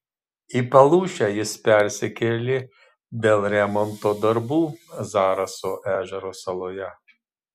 į palūšę jis persikėlė dėl remonto darbų zaraso ežero saloje